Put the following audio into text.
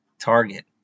Target